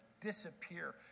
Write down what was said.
disappear